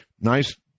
nice